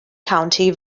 county